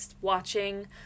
watching